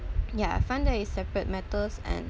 ya I find that is separate matters and